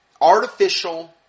artificial